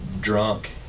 drunk